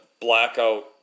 blackout